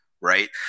right